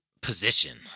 position